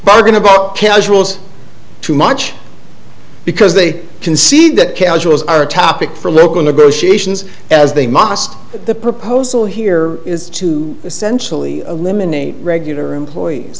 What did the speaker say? bargain about casuals too much because they concede that casuals are a topic for local negotiations as they must the proposal here is to essentially eliminate regular employees